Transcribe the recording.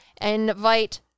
invite